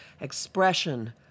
expression